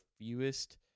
fewest